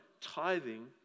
tithing